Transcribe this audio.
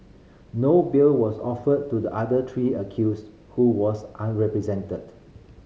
no bail was offered to the other three accused who was unrepresented